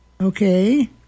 Okay